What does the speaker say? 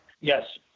yes